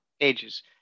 ages